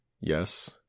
Yes